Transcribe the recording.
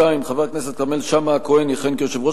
2. חבר הכנסת כרמל שאמה יכהן כיושב-ראש